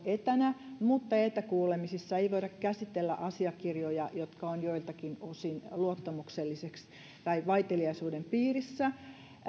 etänä mutta etäkuulemisissa ei voida käsitellä asiakirjoja jotka ovat joiltakin osin luottamuksellisia tai vaiteliaisuuden piirissä